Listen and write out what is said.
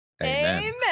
Amen